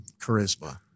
charisma